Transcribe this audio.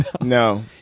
No